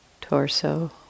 torso